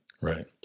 Right